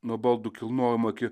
nuo baldų kilnojimo iki